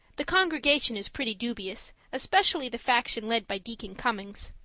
the congregation is pretty dubious, especially the faction led by deacon cummings.